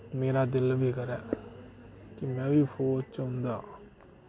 मेरा दिल बी करै कि में बी फौज च होंदा